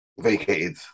vacated